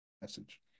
message